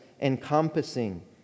encompassing